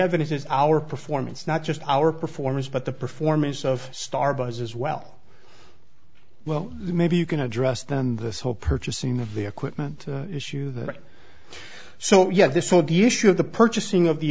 evidence is our performance not just our performance but the performance of starbucks as well well maybe you can address then this whole purchasing of the equipment issue that so you have this so the issue of the purchasing of the